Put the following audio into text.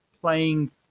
playing